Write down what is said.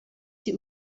sie